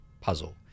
puzzle